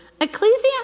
Ecclesiastes